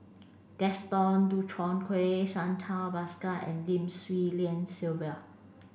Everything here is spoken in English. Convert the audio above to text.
Gaston Dutronquoy Santha Bhaskar and Lim Swee Lian Sylvia